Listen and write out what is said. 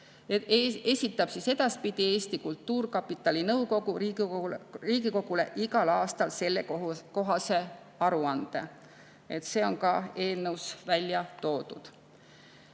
esitab edaspidi Eesti Kultuurkapitali nõukogu Riigikogule igal aastal sellekohase aruande. See on ka eelnõus välja toodud.